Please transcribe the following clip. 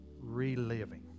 reliving